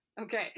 Okay